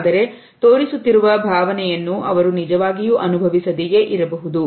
ಆದರೆ ತೋರಿಸುತ್ತಿರುವ ಭಾವನೆಯನ್ನು ಅವರು ನಿಜವಾಗಿಯೂ ಅನುಭವಿಸದೆಯೇ ಇರಬಹುದು